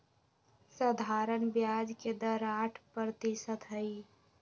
सधारण ब्याज के दर आठ परतिशत हई